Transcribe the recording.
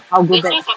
I'll go back